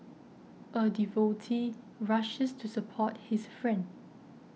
a devotee rushes to support his friend